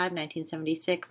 1976